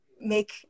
make